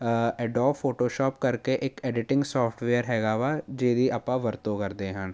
Adobe Photoshop ਕਰਕੇ ਇੱਕ editing software ਹੈਗਾ ਵਾ ਜਿਹਦੀ ਆਪਾਂ ਵਰਤੋਂ ਕਰਦੇ ਹਨ